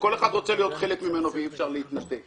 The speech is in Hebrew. שכל אחד רוצה להיות חלק ממנו ואי אפשר להתנתק.